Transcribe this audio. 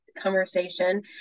conversation